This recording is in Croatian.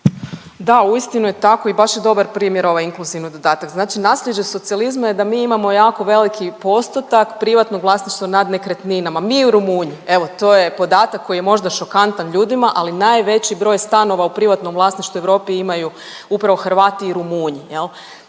Da, uistinu je tako i baš je dobar primjer ovaj inkluzivni dodatak. Znači naslijeđe socijalizma je da mi imamo jako veliki postotak privatnog vlasništva nad nekretninama, mi i Rumunji. Evo to je podatak koji je možda šokantan ljudima, ali najveći broj stanova u privatnom vlasništvu u Europi imaju upravo Hrvati i Rumunji